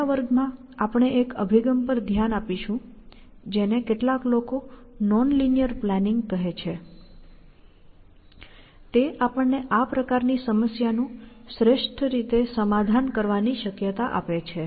આગલા વર્ગમાં આપણે એક અભિગમ પર ધ્યાન આપીશું જેને કેટલાક લોકો નોન લિનીઅર પ્લાનિંગ કહે છે જે આપણને આ પ્રકારની સમસ્યાનું શ્રેષ્ઠ રીતે સમાધાન કરવાની શક્યતા આપે છે